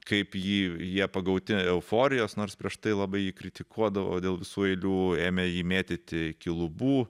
kaip jį jie pagauti euforijos nors prieš tai labai jį kritikuodavo dėl visų eilių ėmė jį mėtyti iki lubų